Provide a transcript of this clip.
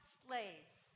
slaves